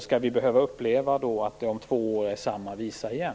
Skall vi behöva uppleva samma visa om två år?